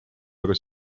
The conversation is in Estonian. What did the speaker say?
aga